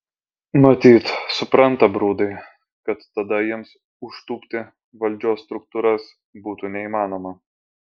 matyt supranta brudai kad tada jiems užtūpti valdžios struktūras būtų neįmanoma